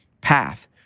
path